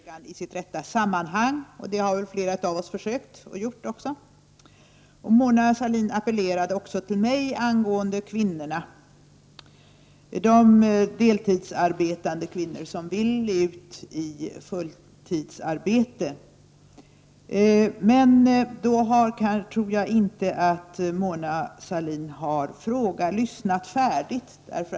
Herr talman! Mona Sahlin vill att vi skall sätta in den sjätte semesterveckan i sitt rätta sammanhang, och det har flera av oss också försökt att göra. Hon appellerade vidare till mig angående de deltidsarbetande kvinnor som vill ut i fulltidsarbete. Jag tror dock inte att Mona Sahlin har lyssnat färdigt på den punkten.